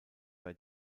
bei